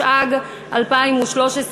התשע"ג 2013,